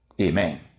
Amen